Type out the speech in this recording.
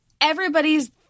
everybody's